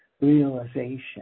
realization